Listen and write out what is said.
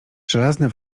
żelazne